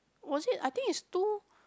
was it I think is two